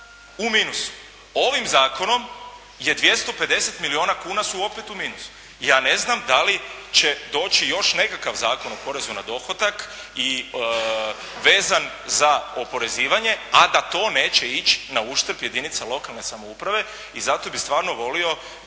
u minusu. Ovim zakonom je 250 milijuna kuna su opet u minusu. Ja ne znam da li će doći još nekakav Zakon o porezu na dohodak i vezan za oporezivanje, a da to neće ići na uštrb jedinica lokalne samouprave i zato bi stvarno volio